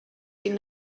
این